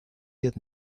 diez